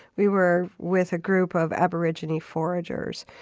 we were with a group of aborigine foragers.